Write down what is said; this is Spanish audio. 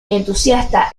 entusiasta